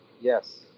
Yes